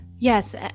Yes